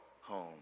home